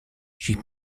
she